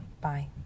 Bye